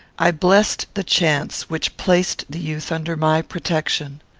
i blessed the chance which placed the youth under my protection.